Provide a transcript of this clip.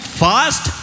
fast